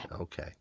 okay